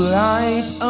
life